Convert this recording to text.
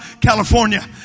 California